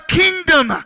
kingdom